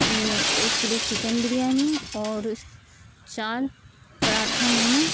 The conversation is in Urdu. یہ ایک کلو چکن بریانی اور چار پراٹھا میں نے